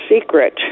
secret